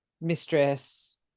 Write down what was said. mistress